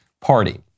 party